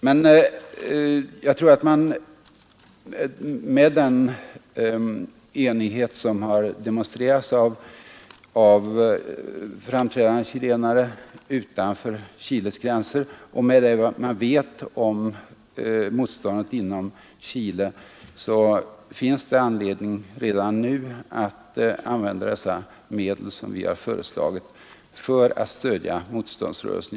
Men jag tror att vi på grund av den enighet som har demonstrerats av framträdande chilenare utanför Chiles gränser och det som man vet om motståndet inom Chile har anledning att redan nu använda dessa medel för att stödja motståndsrörelsen, vilket vi har föreslagit.